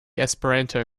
esperanto